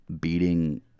beating